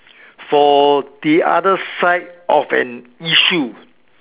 for the other side of an issue